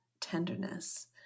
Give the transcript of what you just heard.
tenderness